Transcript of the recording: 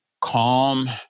calm